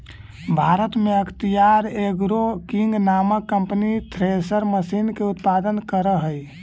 भारत में अख्तियार agro king नामक कम्पनी थ्रेसर मशीन के उत्पादन करऽ हई